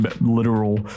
literal